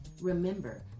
Remember